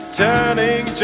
turning